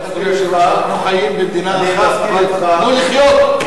אנחנו חיים במדינה אחת, אבל תנו לחיות.